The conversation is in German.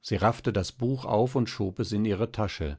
sie raffte das buch auf und schob es in ihre tasche